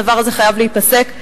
הדבר הזה חייב להיפסק.